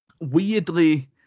weirdly